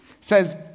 says